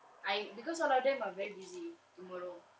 I because all of them are very busy tomorrow